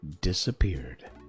disappeared